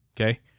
okay